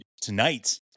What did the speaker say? tonight